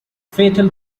fatal